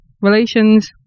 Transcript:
relations